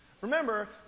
Remember